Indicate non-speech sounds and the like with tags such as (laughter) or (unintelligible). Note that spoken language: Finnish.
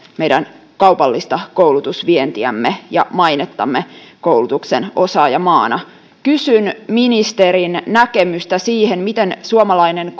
meidän kaupallista koulutusvientiämme ja mainettamme koulutuksen osaajamaana kysyn ministerin näkemystä siihen miten suomalainen (unintelligible)